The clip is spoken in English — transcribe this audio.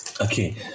Okay